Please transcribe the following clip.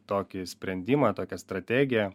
tokį sprendimą tokią strategiją